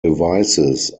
devices